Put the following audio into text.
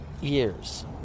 years